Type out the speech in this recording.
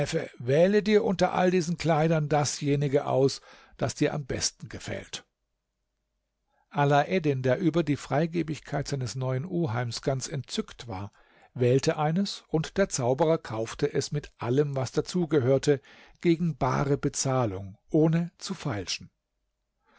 wähle dir unter all diesen kleidern dasjenige aus das dir am besten gefällt alaeddin der über die freigebigkeit seines neuen oheims ganz entzückt war wählte eines und der zauberer kaufte es mit allem was dazu gehörte gegen bare bezahlung ohne zu feilschen